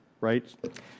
right